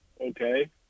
okay